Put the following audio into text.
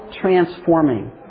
transforming